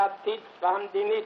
הדתית והמדינית,